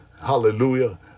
Hallelujah